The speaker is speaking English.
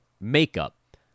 makeup